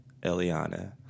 Eliana